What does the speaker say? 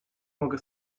mogę